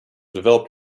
developed